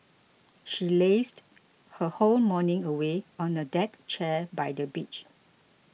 she lazed her whole morning away on a deck chair by the beach